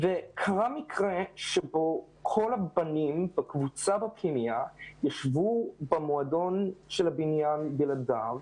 כל הבנים בקבוצה בפנימייה ישבו במועדון של הבניין בלעדיו